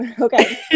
okay